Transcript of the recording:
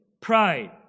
pride